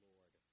Lord